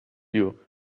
you